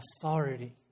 authority